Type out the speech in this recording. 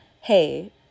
hey